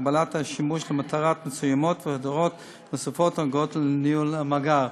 הגבלת השימוש למטרות מסוימות והוראות נוספות הקשורות לניהול המאגר.